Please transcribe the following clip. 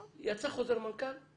יצא חוזר מנכ"ל,